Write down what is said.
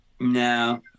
no